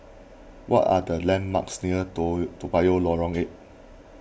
what are the landmarks near Toa Toa Payoh Lorong eight